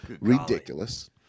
Ridiculous